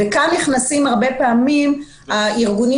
כאן הרבה פעמים נכנסים לפעולה הארגונים